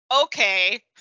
Okay